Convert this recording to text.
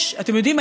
אתם יודעים,